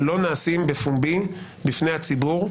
לא נעשים בפומבי בפני הציבור,